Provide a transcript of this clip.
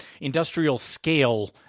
industrial-scale